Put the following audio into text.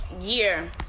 year